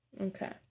okay